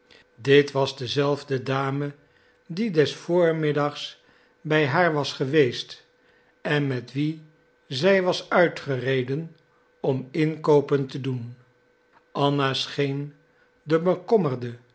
dit was dezelfde dame die des voormiddags bij haar was geweest en met wie zij was uitgereden om inkoopen te doen anna scheen